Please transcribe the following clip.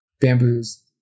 Bamboos